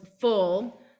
full